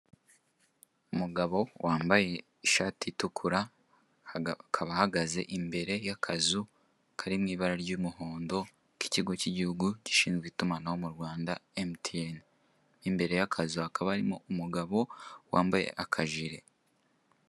Umugabo wambaye ishati itukura akaba ahagaze imbere y'akazu kari mu ibara ry'umuhondo k'ikigo k'igihugu gishinzwe itumanaho mu Rwanda emutiyeni, imbere y'akazu hakaba harimo umugabo wambaye akajire.